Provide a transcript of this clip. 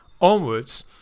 onwards